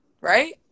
right